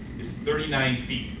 is thirty nine feet.